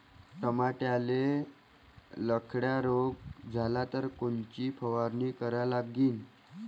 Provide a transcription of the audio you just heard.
टमाट्याले लखड्या रोग झाला तर कोनची फवारणी करा लागीन?